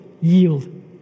yield